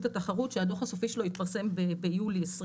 התחרות שהדו"ח הסופי שלו התפרסם ביולי 2021,